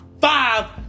five